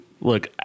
Look